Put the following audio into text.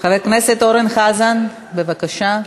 חבר הכנסת אורן חזן, בבקשה.